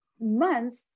months